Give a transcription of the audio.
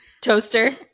Toaster